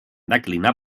declinar